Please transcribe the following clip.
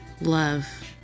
love